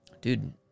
Dude